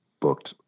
booked